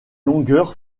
longueur